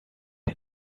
wir